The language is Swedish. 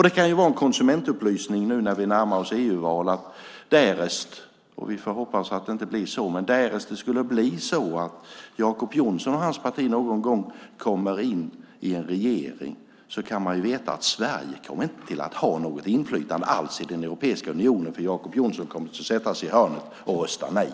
Det kan vara en konsumentupplysning nu när vi närmar oss EU-valet att därest - vi får hoppas att det inte blir så - det skulle bli så att Jacob Johnson och hans parti kommer in i en regering ska vi veta att Sverige inte kommer att ha något inflytande alls i Europeiska unionen eftersom Jacob Johnson kommer att sätta sig i hörnet och rösta nej.